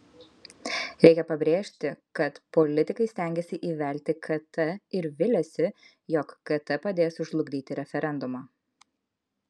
reikia pabrėžti kad politikai stengiasi įvelti kt ir viliasi jog kt padės sužlugdyti referendumą